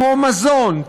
כמו מזון,